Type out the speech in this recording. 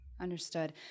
Understood